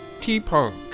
T-Punk